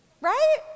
right